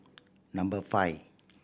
number five